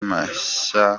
mashya